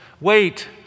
Wait